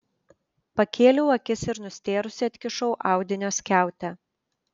pakėliau akis ir nustėrusi atkišau audinio skiautę